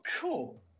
Cool